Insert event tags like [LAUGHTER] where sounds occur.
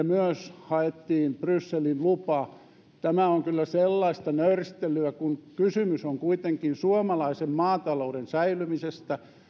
[UNINTELLIGIBLE] myös haettiin brysselin lupa tämä on kyllä sellaista nöyristelyä kysymys on kuitenkin suomalaisen maatalouden säilymisestä